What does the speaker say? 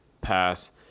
pass